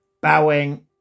bowing